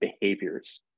behaviors